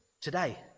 today